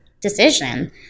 decision